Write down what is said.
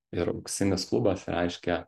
ir auksinis klubas reiškia